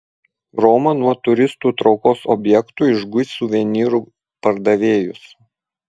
roma nuo turistų traukos objektų išguis suvenyrų pardavėjus